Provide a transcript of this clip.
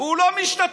הוא לא משתתף,